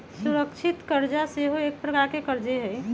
सुरक्षित करजा सेहो एक प्रकार के करजे हइ